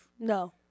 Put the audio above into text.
No